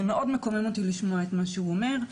מאוד מקומם אותי לשמוע את מה שהוא אומר.